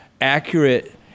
accurate